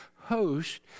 host